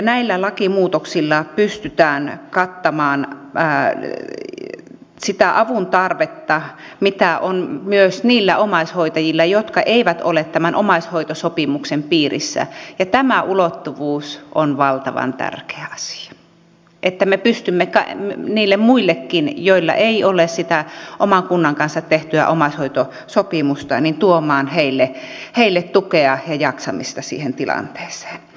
näillä lakimuutoksilla pystytään kattamaan sitä avuntarvetta mitä on myös niillä omaishoitajilla jotka eivät ole tämän omaishoitosopimuksen piirissä ja tämä ulottuvuus on valtavan tärkeä asia se että me pystymme niille muillekin joilla ei ole sitä oman kunnan kanssa tehtyä omaishoitosopimusta tuomaan tukea ja jaksamista siihen tilanteeseen